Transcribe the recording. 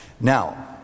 Now